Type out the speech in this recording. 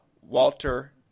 Walter